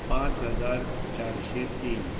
पांच हजार चारशें तीन